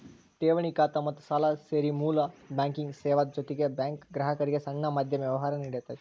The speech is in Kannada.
ಠೆವಣಿ ಖಾತಾ ಮತ್ತ ಸಾಲಾ ಸೇರಿ ಮೂಲ ಬ್ಯಾಂಕಿಂಗ್ ಸೇವಾದ್ ಜೊತಿಗೆ ಬ್ಯಾಂಕು ಗ್ರಾಹಕ್ರಿಗೆ ಸಣ್ಣ ಮಧ್ಯಮ ವ್ಯವ್ಹಾರಾ ನೇಡ್ತತಿ